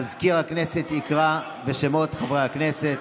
מזכיר הכנסת יקרא בשמות חברי הכנסת.